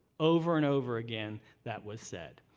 over and over again that was said.